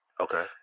Okay